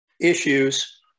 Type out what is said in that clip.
issues